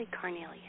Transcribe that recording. carnelian